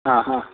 ಆಂ ಹಾಂ